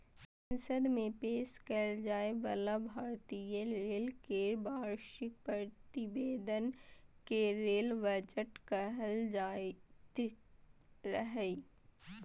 संसद मे पेश कैल जाइ बला भारतीय रेल केर वार्षिक प्रतिवेदन कें रेल बजट कहल जाइत रहै